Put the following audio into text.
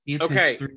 Okay